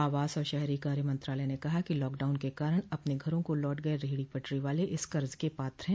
आवास और शहरी कार्य मंत्रालय ने कहा कि लॉकडाउन के कारण अपने घरों को लौट गये रेहडी पटरी वाले इस कर्ज के पात्र है